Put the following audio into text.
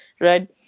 right